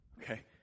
Okay